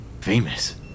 Famous